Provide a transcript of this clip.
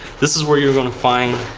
this is where you're going to find